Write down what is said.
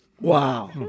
wow